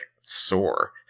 sore